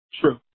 true